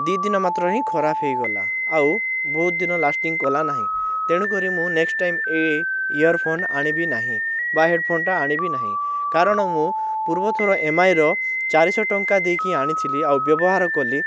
ଦୁଇଦିନ ମାତ୍ର ହିଁ ଖରାପ ହେଇଗଲା ଆଉ ବହୁତ ଦିନ ଲାଷ୍ଟିଙ୍ଗ କଲା ନାହିଁ ତେଣୁ ମୁଁ ନେକ୍ସଟ୍ ଟାଇମ୍ ଏଇ ଇଅରଫୋନ୍ ଆଣିବି ନାହିଁ ବା ହେଡ଼୍ଫୋନ୍ଟା ଆଣିବି ନାହିଁ କାରଣ ମୁଁ ପୂର୍ବଥର ଏମ୍ଆଇର ଚାରିଶହ ଟଙ୍କା ଦେଇକି ଆଣିଥିଲି ଆଉ ବ୍ୟବହାର କଲି